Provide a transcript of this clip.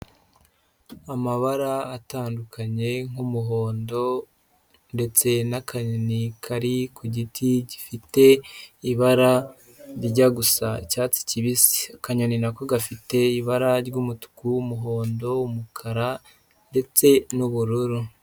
Amabara atandukanye nk'umuhondo ndetse n'akanyoni kari ku giti gifite ibara rijya gusa icyatsi kibisi, akanyoni na ko gafite ibara ry'umutuku, umuhondo, umukara ndetse n'ubururu.